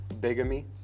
bigamy